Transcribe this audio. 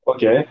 Okay